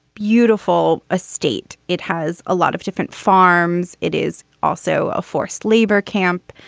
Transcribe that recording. beautiful estate. it has a lot of different farms. it is also a forced labor camp.